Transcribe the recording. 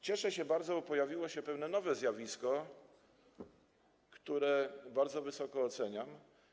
Cieszę się bardzo, bo pojawiło się pewne nowe zjawisko, które bardzo wysoko oceniam.